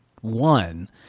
one